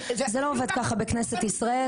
זה לא עובד ככה בכנסת ישראל.